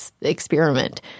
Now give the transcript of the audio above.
experiment